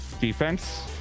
defense